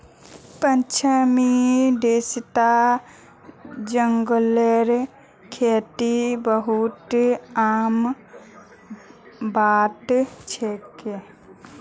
पश्चिमी देशत जंगलेर खेती बहुत आम बात छेक